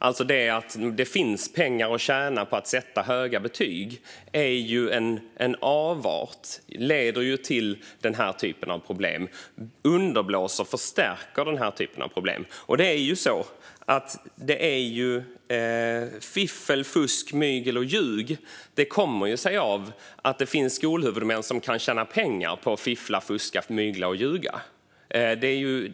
Att det finns pengar att tjäna på att sätta höga betyg är en avart. Det leder till denna typ av problem och underblåser och förstärker denna typ av problem. Fiffel, fusk, mygel och ljug kommer sig av att det finns skolhuvudmän som kan tjäna pengar på att fiffla, fuska, mygla och ljuga.